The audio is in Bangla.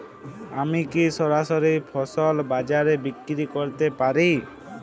আমি কি সরাসরি ফসল বাজারে বিক্রি করতে পারি?